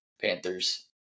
Panthers